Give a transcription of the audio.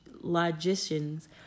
logicians